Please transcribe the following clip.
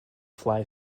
fly